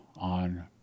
On